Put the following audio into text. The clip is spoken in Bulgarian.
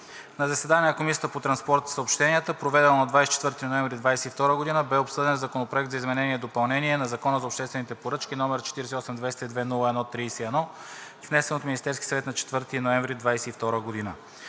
На заседание на Комисията по транспорт и съобщения, проведено на 24 ноември 2022 г., бе обсъден Законопроект за изменение и допълнение на Закона за обществените поръчки, № 48 202-01-31, внесен от Министерския съвет на 4 ноември 2022 г.